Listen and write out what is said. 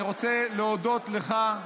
אני רוצה להודות לך.